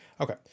Okay